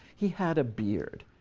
he had a beard.